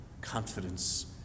Confidence